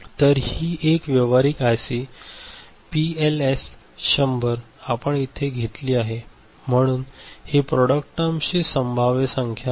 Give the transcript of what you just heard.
तर ही एक व्यावहारिक आयसी पीएलएस 100 आपण इथे घेतली आहे म्हणून ही प्रॉडक्ट टर्म ची संभाव्य संख्या आहे